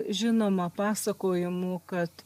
žinoma pasakojimų kad